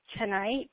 tonight